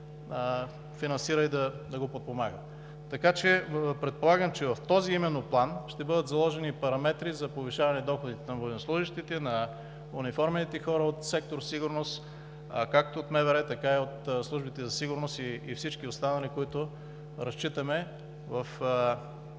финансира и да го подпомага. Предполагам, че именно в този план ще бъдат заложени параметри за повишаване доходите на военнослужещите, на униформените хора от сектор „Сигурност“ както от МВР, така и от службите за сигурност и всички останали, на които разчитаме в